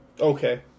Okay